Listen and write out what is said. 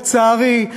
לצערי,